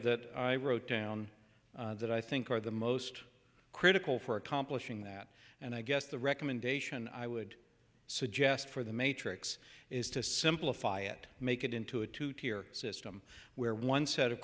that i wrote down that i think are the most critical for accomplishing that and i guess the recommendation i would suggest for the matrix is to simplify it make it into a two tier system where one set of